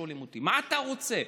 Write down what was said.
פעמים שואלים אותי: מה אתה רוצה?